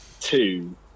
two